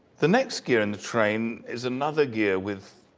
the next gear in the train is another gear with